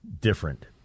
different